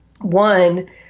One